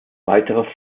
weitere